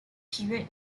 period